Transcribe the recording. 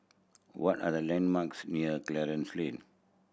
what are the landmarks near Clarence Lane